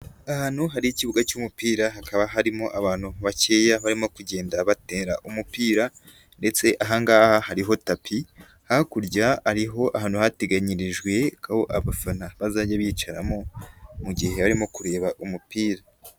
Ahantu hari ikibuga cy'umupira hakaba harimo abantu bakeya barimo kugenda batera umupira ndetse ahangaha hariho tapi, hakurya hariho ahantu hateganyirijwe ko abafana bazajya bicaramo mu gihe barimo kureba umupira.